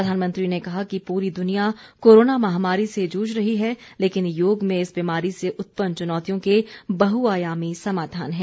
प्रधानमंत्री ने कहा कि पूरी द्वनिया कोरोना महामारी से जुझ रही है लेकिन योग में इस बीमारी से उत्पन्न चुनौतियों के बहुआयामी समाधान हैं